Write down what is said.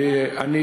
אני,